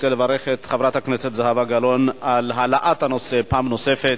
אני רוצה לברך את חברת הכנסת זהבה גלאון על העלאת הנושא פעם נוספת.